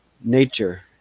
nature